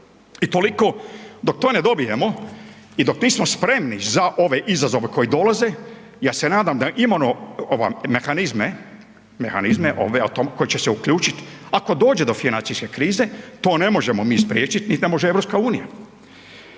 I toliko dok to ne dobijemo i dok nismo spremni za ove izazove koji dolaze, ja se nadam da imamo mehanizme, mehanizme koji će se uključiti ako dođe do financijske krize, to ne možemo mi spriječiti, nit ne može EU. Do onda